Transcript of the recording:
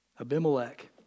Abimelech